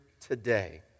today